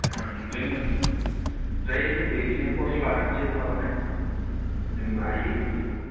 जोंनियाव ओमफ्राय जोंबो बिदिनो कर्स लानानैसो माबानाय जोंबो हायो बेफोरखौ